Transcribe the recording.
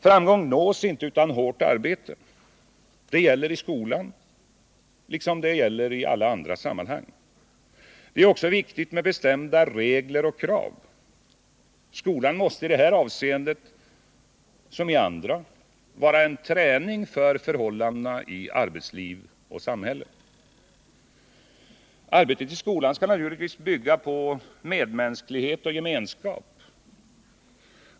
Framgång nås inte utan hårt arbete — det gäller i skolan som i andra sammanhang. Det är också viktigt med bestämda regler och krav. Skolan måste i detta avseende som i andra vara en träning för förhållandena i arbetsliv och samhälle. Arbetet i skolan skall naturligtvis bygga på medmänsklighet och gemenskap.